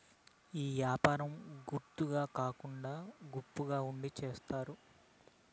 ఈ యాపారం ఒగరు కాకుండా గుంపుగా ఉండి చేత్తారు